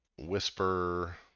Whisper